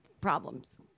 problems